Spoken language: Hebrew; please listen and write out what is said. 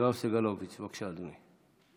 יואב סגלוביץ', בבקשה, אדוני.